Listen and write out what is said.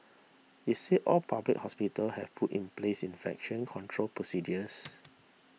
it says all public hospitals have put in place infection control procedures